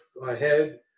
ahead